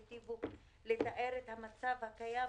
הטיבו לתאר את המצב הקיים.